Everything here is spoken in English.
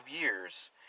years